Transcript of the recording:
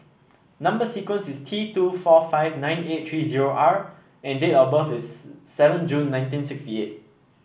number sequence is T two four five nine eight three zero R and date of birth is seven June nineteen sixty eight